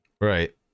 Right